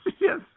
Yes